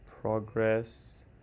Progress